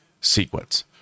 sequence